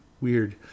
Weird